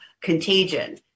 contagion